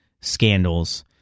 scandals